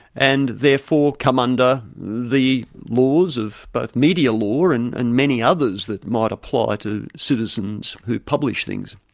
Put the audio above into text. and therefore come under the laws of both media law and and many others that might apply to citizens who publish things.